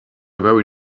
very